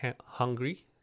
hungry